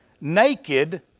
naked